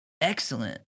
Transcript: Excellent